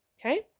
Okay